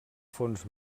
fons